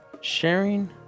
sharing